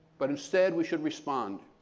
but instead we should respond.